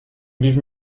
diesen